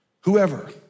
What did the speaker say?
whoever